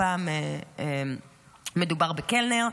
הפעם מדובר בקלנר,